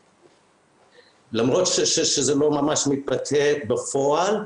למרות שזה לא ממש מתבטא בפועל,